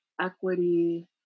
equity